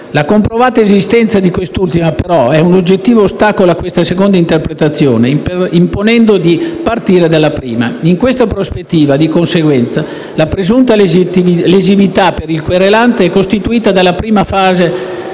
La comprovata esistenza di quest'ultima, però, è un oggettivo ostacolo a questa seconda interpretazione, imponendo di partire dalla prima interpretazione. In questa prospettiva, di conseguenza, la presunta lesività per il querelante è costituita dalla prima parte